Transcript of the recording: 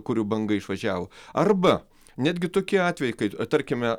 kurių banga išvažiavo arba netgi tokie atvejai kai tarkime